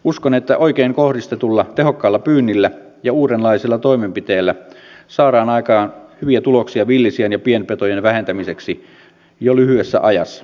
uskon että oikein kohdistetulla tehokkaalla pyynnillä ja uudenlaisilla toimenpiteillä saadaan aikaan hyviä tuloksia villisian ja pienpetojen vähentämiseksi jo lyhyessä ajassa